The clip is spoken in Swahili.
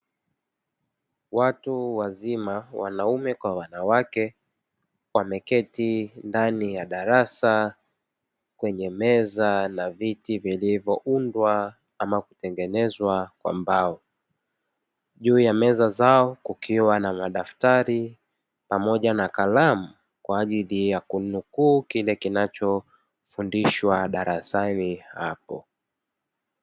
Watu wazima wanaume kwa wanawake wameketi ndani ya darasa kwenye meza na viti vilivyoundwa ama kutengenezwa kwa mbao. Juu ya meza zao kukiwa na madaftari pamoja na kalamu kwa ajili ya kunukuu kile kinachofundishwa darasani hapo.